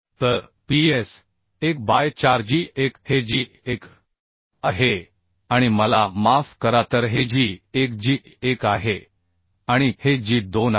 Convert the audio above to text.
तर Ps 1 by 4 g 1 हे g 1आहे आणि मला माफ करा तर हेg1 g 1 आहे आणि हे g 2 आहे